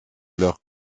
leur